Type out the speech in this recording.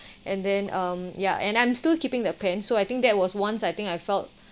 and then um ya and I'm still keeping the pen so I think that was once I think I felt